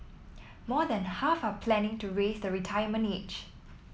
more than half are planning to raise the retirement age